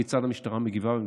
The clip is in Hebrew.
כיצד המשטרה מגיבה.